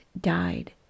died